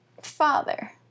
Father